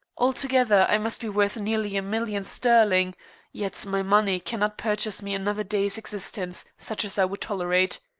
altogether i must be worth nearly a million sterling yet my money cannot purchase me another day's existence such as i would tolerate.